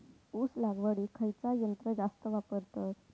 ऊस लावडीक खयचा यंत्र जास्त वापरतत?